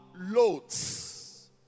Loads